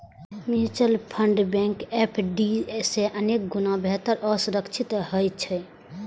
mutual fund bank FD सं अनेक गुणा बेहतर आ सुरक्षित होइ छै